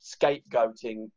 scapegoating